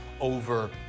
over